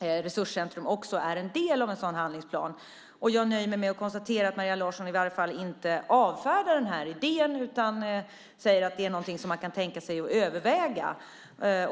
resurscentrum också ingår som en del. Jag nöjer mig med att konstatera att Maria Larsson i varje fall inte avfärdar idén utan säger att det är någonting man kan tänka sig att överväga.